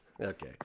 Okay